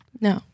no